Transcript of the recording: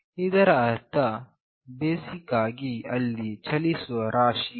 ಇದರ ಅರ್ಥ ಬೇಸಿಕ್ ಆಗಿ ಅಲ್ಲಿ ಚಲಿಸುವ ರಾಶಿ ಇದೆ